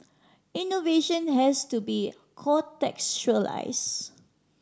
innovation has to be contextualise